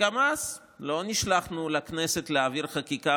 גם אז לא נשלחנו לכנסת להעביר חקיקה,